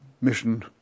mission